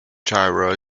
gyro